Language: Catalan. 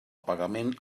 pagament